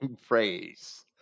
phrase